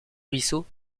ruisseau